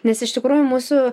nes iš tikrųjų mūsų